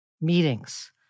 meetings